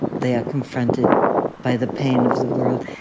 they are confronted by the pain of the world.